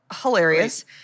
hilarious